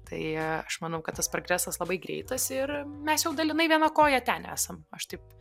tai aš manau kad tas progresas labai greitas ir mes jau dalinai viena koja ten esam aš taip